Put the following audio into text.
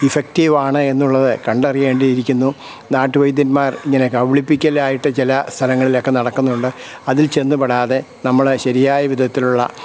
ഇഫക്റ്റീവാണെന്നുള്ളത് കണ്ടറിയേണ്ടിയിരിക്കുന്നു നാട്ടുവൈദ്യന്മാർ ഇങ്ങനെ കബളിപ്പിക്കലായിട്ട് ചില സ്ഥലങ്ങളിലൊക്കെ നടക്കുന്നുണ്ട് അതിൽ ചെന്നുപെടാതെ നമ്മൾ ശരിയായ വിധത്തിലുള്ള